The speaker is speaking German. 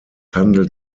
handelt